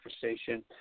conversation